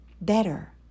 better